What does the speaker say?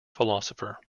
philosopher